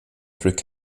through